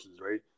right